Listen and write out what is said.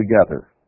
together